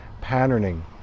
patterning